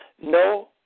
no